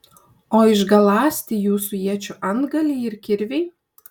o išgaląsti jūsų iečių antgaliai ir kirviai